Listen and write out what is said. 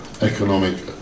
economic